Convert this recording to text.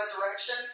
resurrection